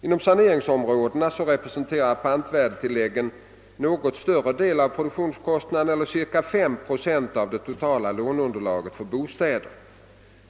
Inom saneringsområden representerar pantvärdetilläggen något större del av produktionskostnaderna eller ca 5 procent av det totala låneunderlaget för bostäder.